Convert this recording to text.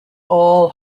all